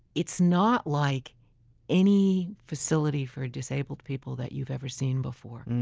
it's not like any facility for disabled people that you've ever seen before.